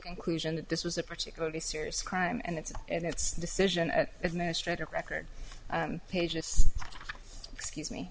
conclusion that this was a particularly serious crime and it's and its decision at administrative record pages excuse me